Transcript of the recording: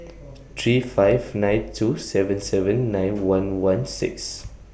three five nine two seven seven nine one one six